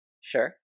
Sure